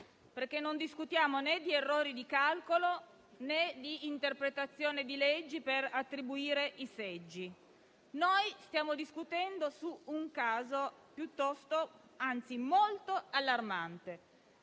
perché non discutiamo né di errori di calcolo né di interpretazione di leggi per attribuire i seggi. Noi stiamo discutendo su un caso molto allarmante.